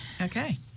Okay